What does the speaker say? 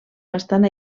bastant